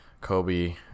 Kobe